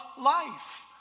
life